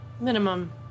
Minimum